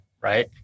Right